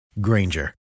Granger